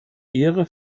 ehre